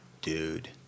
Dude